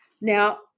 Now